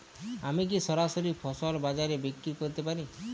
আমি কি সরাসরি ফসল বাজারে বিক্রি করতে পারি?